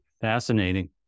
Fascinating